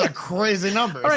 ah crazy numbers.